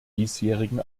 diesjährigen